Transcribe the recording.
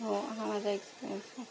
हो हा माझा एक्स्पिरियंस आहे